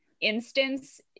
instance